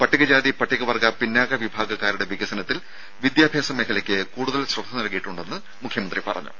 പട്ടികജാതി പട്ടികവർഗ പിന്നാക്ക വിഭാഗക്കാരുടെ വികസനത്തിൽ വിദ്യാഭ്യാസ മേഖലക്ക് കൂടുതൽ ശ്രദ്ധ നൽകിയിട്ടുണ്ടെന്ന് മുഖ്യമന്ത്രി പറഞ്ഞു